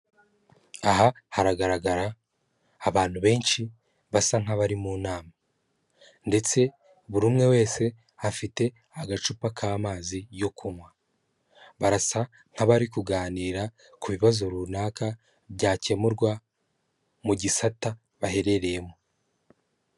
Aha haragaragara abantu benshi basa nk'abari mu nama ndetse buri umwe wese afite agacupa k'amazi yo kunywa, barasa nk'abari kuganira ku bibazo runaka byakemurwa mu gisata baherereyemo.